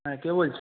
হ্যাঁ কে বলছো